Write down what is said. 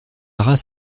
race